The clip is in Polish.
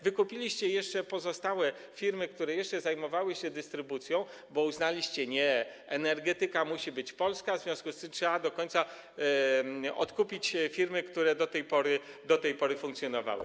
Wykupiliście pozostałe firmy, które jeszcze zajmowały się dystrybucją, bo uznaliście, że nie, energetyka musi być polska, w związku z tym trzeba do końca odkupić firmy, które do tej pory funkcjonowały.